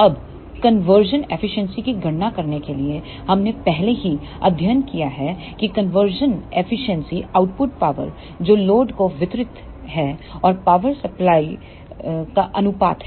अब conversion efficiency की गणना करने के लिए हमने पहले ही अध्ययन किया है कि कन्वर्जन एफिशिएंसी आउटपुट पावर जो लोड को वितरित है और पावर सप्लाई का अनुपात है